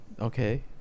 Okay